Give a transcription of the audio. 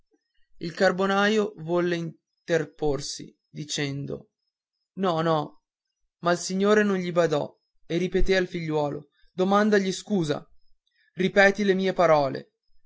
scusa il carbonaio volle interporsi dicendo no no ma il signore non gli badò e ripeté al figliuolo domandagli scusa ripeti le mie parole